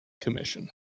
commission